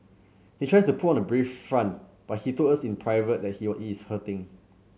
he tries to put on a brave front but he told us in private that he he is hurting